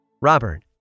Robert